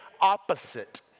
opposite